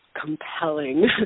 Compelling